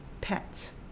pets